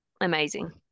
amazing